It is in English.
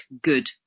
good